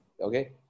okay